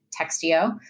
Textio